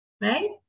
right